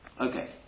Okay